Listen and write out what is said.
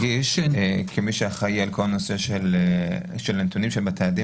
אני חייב להדגיש כמי שאחראי על כל הנושא של הנתונים של בתי הדין,